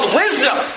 wisdom